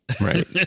right